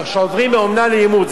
כשעוברים מאומנה לאימוץ,